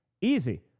easy